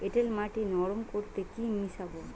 এঁটেল মাটি নরম করতে কি মিশাব?